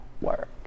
work